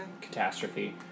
catastrophe